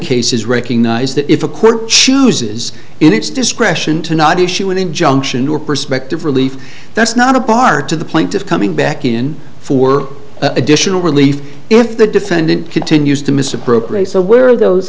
cases recognize that if a court chooses in its discretion to not issue an injunction or perspective relief that's not a bar to the plaintiff coming back in for additional relief if the defendant continues to misappropriate so where are those